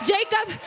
Jacob